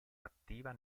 attiva